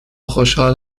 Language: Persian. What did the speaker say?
خوشحال